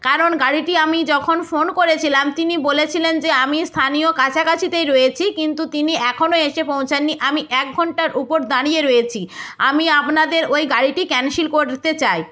কারণ গাড়িটি আমি যখন ফোন করেছিলাম তিনি বলেছিলেন যে আমি স্থানীয় কাছাকাছিতেই রয়েছি কিন্তু তিনি এখনও এসে পৌঁছাননি আমি এক ঘণ্টার উপর দাঁড়িয়ে রয়েছি আমি আপনাদের ওই গাড়িটি ক্যান্সেল করতে চাই